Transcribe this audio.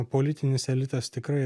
politinis elitas tikrai